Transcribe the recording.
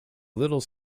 little